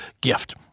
gift